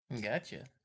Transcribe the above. Gotcha